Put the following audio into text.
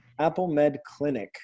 applemedclinic